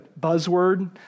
buzzword